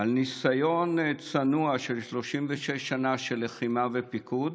מניסיון צנוע של 36 שנה של לחימה ופיקוד